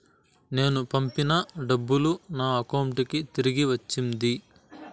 నేను పంపిన డబ్బులు నా అకౌంటు కి తిరిగి వచ్చింది